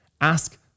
Ask